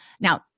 Now